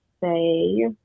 say